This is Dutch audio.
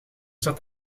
zat